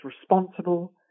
responsible